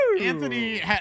Anthony